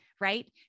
right